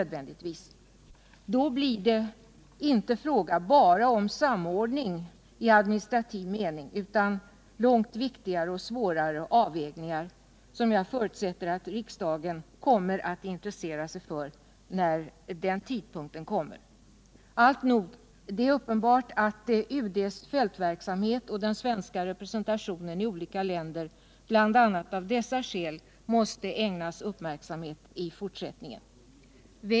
Då blir det inte fråga bara om samordning i administrativ mening utan om långt viktigare och svårare avvägningar, som jag förutsätter att riksdagen kommer att intressera sig för när den tiden kommer. Alltnog är det uppenbart att UD:s fältverksamhet och den svenska representationen i olika länder av bl.a. dessa skäl måste ägnas uppmärksamhet i fortsättningen.